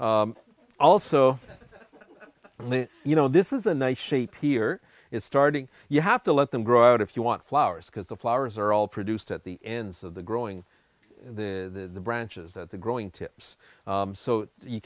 also you know this is a nice shape here is starting you have to let them grow out if you want flowers because the flowers are all produced at the ends of the growing and the branches at the growing tips so you